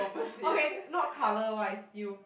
okay not colour wise you